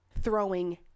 throwing